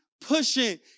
pushing